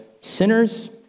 sinners